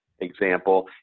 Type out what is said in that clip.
example